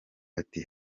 ati